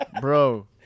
Bro